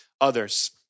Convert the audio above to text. others